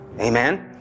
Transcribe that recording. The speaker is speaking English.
Amen